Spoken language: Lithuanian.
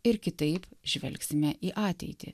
ir kitaip žvelgsime į ateitį